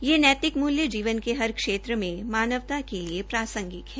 ये नैतिक मूल्य जीवन के हर क्षेत्र में मानवता के लिए प्रासंगिक है